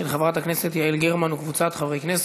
של חברת הכנסת יעל גרמן וקבוצת חברי כנסת.